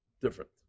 different